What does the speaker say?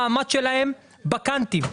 המעמד שלהן בקנטים,